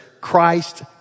Christ